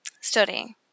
studying